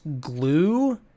glue